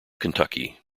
kentucky